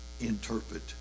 interpret